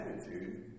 attitude